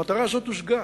המטרה הזאת הושגה.